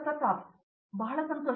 ಪ್ರತಾಪ್ ಹರಿದಾಸ್ ಬಹಳ ಸಂತೋಷ